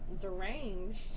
deranged